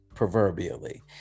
proverbially